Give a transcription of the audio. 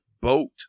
Boat